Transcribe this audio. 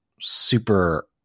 super